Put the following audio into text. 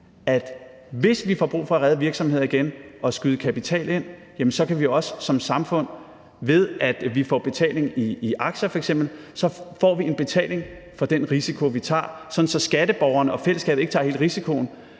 hvis vi igen får brug for at redde virksomheder og skyde kapital ind, så også, ved at vi f.eks. får betaling i aktier, kan få en betaling for den risiko, som vi tager, sådan at skatteborgerne og fællesskabet ikke tager hele risikoen,